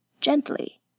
Gently